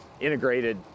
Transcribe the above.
integrated